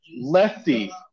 lefty